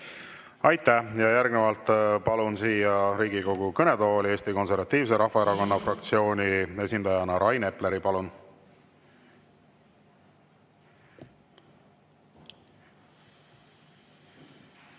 Aitäh! Järgnevalt palun Riigikogu kõnetooli Eesti Konservatiivse Rahvaerakonna fraktsiooni esindajana Rain Epleri. Palun!